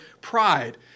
pride